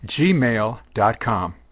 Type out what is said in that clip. gmail.com